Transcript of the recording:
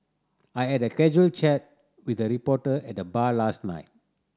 I had a casual chat with a reporter at the bar last night